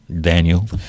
Daniel